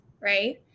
right